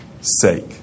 sake